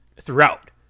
throughout